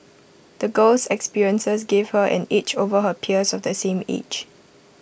the girl's experiences gave her an edge over her peers of the same age